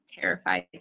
terrified